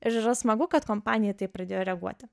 ir yra smagu kad kompanija į tai pradėjo reaguoti